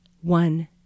One